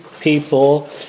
people